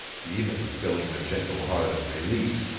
even filling the gentle heart of meleese,